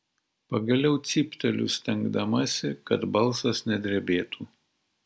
pagaliau cypteliu stengdamasi kad balsas nedrebėtų